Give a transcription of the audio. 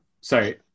sorry